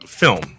film